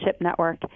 network